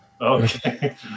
Okay